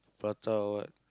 prata or what